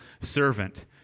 servant